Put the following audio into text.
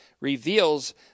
reveals